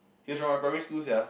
he from my primary school sia